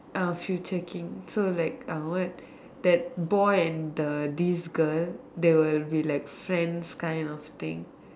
a future king so like uh what that boy and the this girl they will be like friends kind of thing